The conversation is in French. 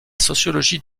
sociologie